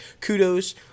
Kudos